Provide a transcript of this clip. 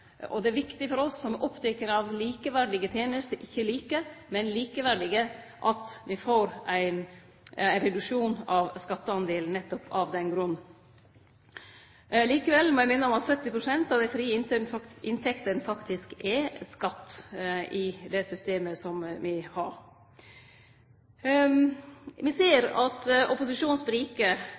og det er viktig for oss som er opptekne av likeverdige tenester – ikkje like, men likeverdige – at me får ein reduksjon av skattedelen nettopp av den grunn. Likevel må eg minne om at 70 pst. av dei frie inntektene faktisk er skatt i det systemet me har. Me ser at opposisjonen